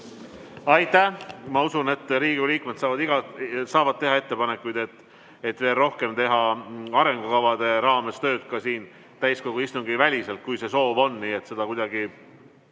Aitäh! Ma usun, et Riigikogu liikmed saavad teha ettepanekuid, et veel rohkem teha arengukavade raames tööd ka täiskogu istungite väliselt, kui see soov on, nii et seda kuidagi